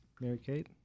Mary-Kate